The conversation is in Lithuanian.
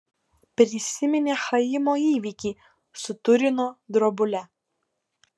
prisiminė chaimo įvykį su turino drobule